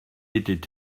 était